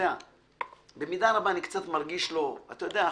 --- החיים בנויים,